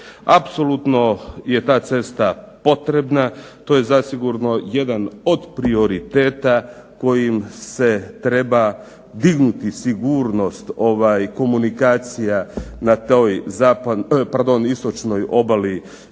Apsolutno je ta cesta potrebna, to je zasigurno jedan od prioriteta kojom se treba dignuti sigurnost komunikacija na toj istočnoj obali Istre.